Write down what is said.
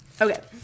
Okay